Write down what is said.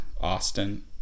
Austin